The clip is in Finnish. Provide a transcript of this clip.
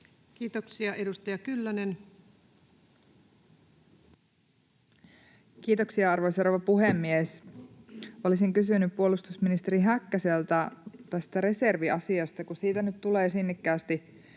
Kiitoksia. — Edustaja Kyllönen. Kiitoksia, arvoisa rouva puhemies! Olisin kysynyt puolustusministeri Häkkäseltä tästä reserviasiasta, kun siitä nyt tulee sinnikkäästi